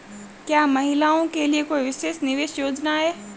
क्या महिलाओं के लिए कोई विशेष निवेश योजना है?